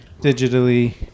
digitally